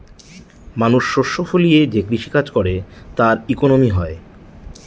মানুষ শস্য ফলিয়ে যে কৃষি কাজ করে তার ইকোনমি হয়